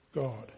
God